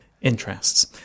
interests